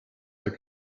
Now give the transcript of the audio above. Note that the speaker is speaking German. der